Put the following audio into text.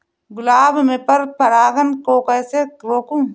गुलाब में पर परागन को कैसे रोकुं?